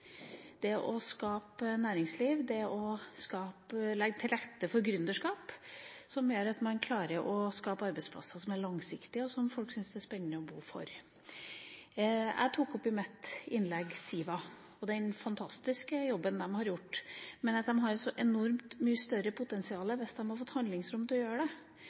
skape et næringsliv og legge til rette for gründerskap som gjør at man klarer å skape langsiktige arbeidsplasser, som gjør at folk syns det er spennende å bo der. Jeg tok i mitt innlegg opp SIVA og den fantastiske jobben de har gjort, men at de hadde hatt et enormt mye større potensial hvis de hadde fått handlingsrom til å utnytte det.